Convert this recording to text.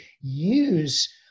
use